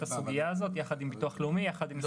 הסוגיה הזאת יחד עם ביטוח לאומי ויחד עם משרד החינוך.